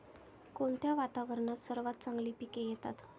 कोणत्या वातावरणात सर्वात चांगली पिके येतात?